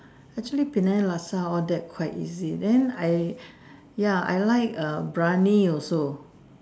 actually Penang Laksa all that quite easy then I ya I like err Biryani also